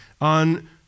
on